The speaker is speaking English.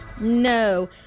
No